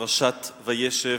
פרשת וישב,